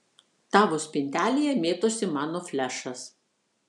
tavo spintelėje mėtosi mano flešas